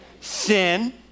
Sin